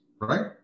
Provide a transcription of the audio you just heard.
right